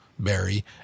Barry